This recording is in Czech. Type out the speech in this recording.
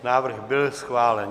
Návrh byl schválen.